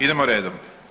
Idemo redom.